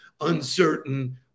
uncertain